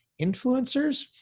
influencers